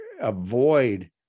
avoid